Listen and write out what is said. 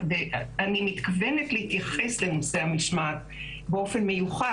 - ואני מתכוונת להתייחס לנושא המשמעת באופן מיוחד,